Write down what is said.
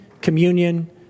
communion